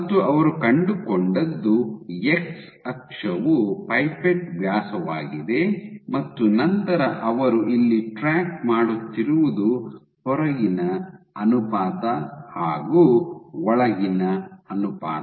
ಮತ್ತು ಅವರು ಕಂಡುಕೊಂಡದ್ದು ಎಕ್ಸ್ ಅಕ್ಷವು ಪೈಪೆಟ್ ವ್ಯಾಸವಾಗಿದೆ ಮತ್ತು ನಂತರ ಅವರು ಇಲ್ಲಿ ಟ್ರ್ಯಾಕ್ ಮಾಡುತ್ತಿರುವುದು ಹೊರಗಿನ ಅನುಪಾತ ಹಾಗು ಒಳಗಿನ ಅನುಪಾತ